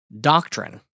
doctrine